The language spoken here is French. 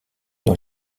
dans